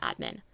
admin